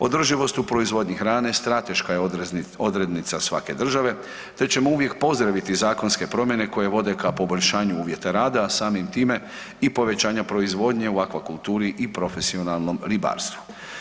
Održivost u proizvodnji hrane strateška je odrednica svake države, te ćemo uvijek pozdraviti zakonske promjene koje vode ka poboljšanju uvjeta rada, a samim time i povećanja proizvodnje u aquakulturi i profesionalnom ribarstvu.